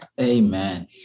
Amen